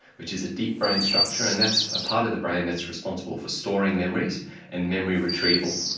which is a deep brain structure and that's a part of the brain that's responsible for storing memories and memory retrieval.